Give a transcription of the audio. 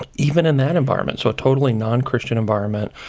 um even in that environment. so a totally non-christian environment.